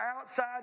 outside